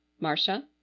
marcia